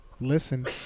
listen